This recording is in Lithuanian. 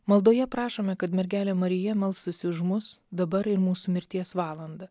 maldoje prašome kad mergelė marija melstųsi už mus dabar ir mūsų mirties valandą